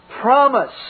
promise